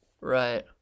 Right